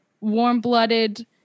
warm-blooded